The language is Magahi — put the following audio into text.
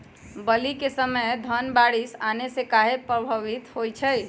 बली क समय धन बारिस आने से कहे पभवित होई छई?